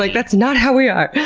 like that's not how we are!